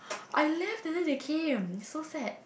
I left and then they came so sad